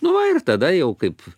nu va ir tada jau kaip